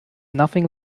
nothing